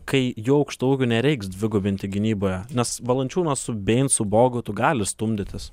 kai jų aukštaūgių nereiks dvigubinti gynyboje nes valančiūnas su beinsu bogotu gali stumdytis